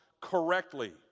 correctly